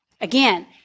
Again